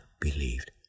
believed